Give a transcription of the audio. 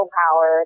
power